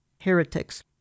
heretics